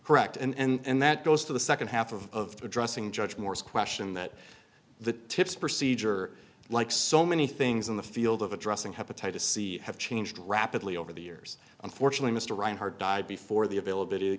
correct and that goes to the second half of addressing judge morris question that the tips procedure like so many things in the field of addressing hepatitis c have changed rapidly over the years unfortunately mr reinhardt died before the availability